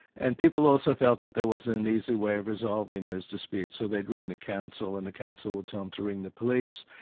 and people also felt that there wasn't an easy way of resolving those disputes, so they'd ring the council and the council would tell them to ring the police,